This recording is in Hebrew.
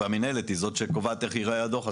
נכון.